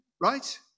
right